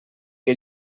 que